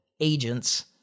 agents